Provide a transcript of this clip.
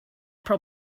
that